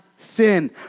sin